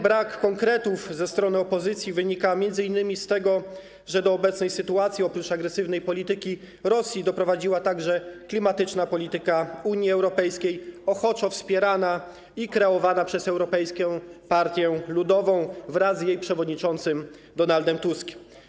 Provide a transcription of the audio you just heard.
Brak konkretów ze strony opozycji wynika m.in. z tego, że do obecnej sytuacji oprócz agresywnej polityki Rosji doprowadziła także klimatyczna polityka Unii Europejskiej wspierana ochoczo i kreowana przez Europejską Partię Ludową wraz z jej przewodniczącym Donaldem Tuskiem.